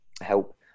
help